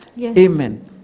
Amen